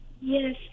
Yes